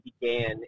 began